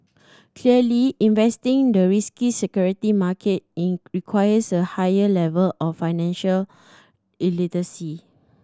clearly investing the risky security market in requires a higher level of financial literacy